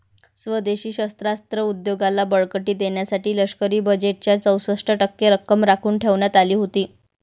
स्वदेशी शस्त्रास्त्र उद्योगाला बळकटी देण्यासाठी लष्करी बजेटच्या चौसष्ट टक्के रक्कम राखून ठेवण्यात आली होती